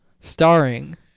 starring